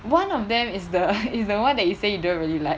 one of them is the is the one that you say you don't really like